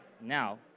now